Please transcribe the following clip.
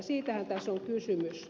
siitähän tässä on kysymys